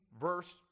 verse